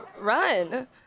Run